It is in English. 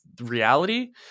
reality